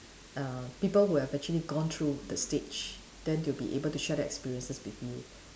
uh people who have actually gone through the stage then they will be able to share the experiences with you